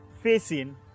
Facing